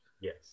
Yes